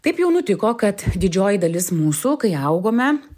taip jau nutiko kad didžioji dalis mūsų kai augome